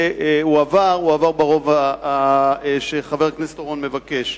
עבר הוא עבר ברוב שחבר הכנסת אורון מבקש.